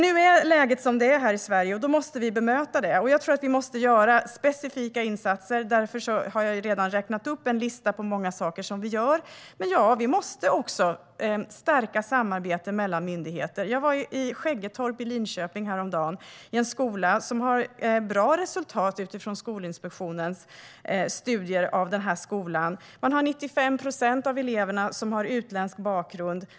Nu är läget som det är här i Sverige, och då måste vi bemöta det. Jag tror att vi måste göra specifika insatser. Därför har jag redan räknat upp en lista på många saker som vi gör. Det är riktigt att vi också måste stärka samarbetet mellan myndigheter. Jag var häromdagen i Skäggetorp i Linköping och besökte en skola som har bra resultat utifrån Skolinspektionens studier av skolan. 95 procent av eleverna har utländsk bakgrund.